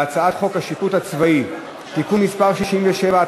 להצעת חוק השיפוט הצבאי (תיקון מס' 67),